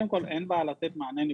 קודם כול, אין בעיה לתת מענה נקודתי.